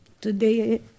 Today